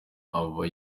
aba